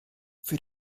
für